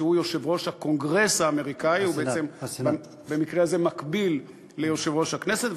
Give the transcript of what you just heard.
שהוא יושב-ראש הסנאט האמריקני ובמקרה זה מקביל ליושב-ראש הכנסת,